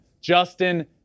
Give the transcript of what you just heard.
Justin